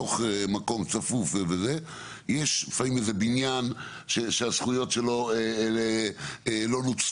בתוך מקום צפוף יש לפעמים איזה בניין שהזכויות שלו לא נוצלו,